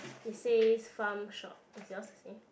it says farm shop is yours the same